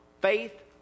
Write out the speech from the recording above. faith